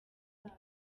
bwabo